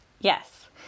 Yes